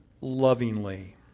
lovingly